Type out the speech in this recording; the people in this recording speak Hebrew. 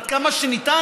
עד כמה שניתן,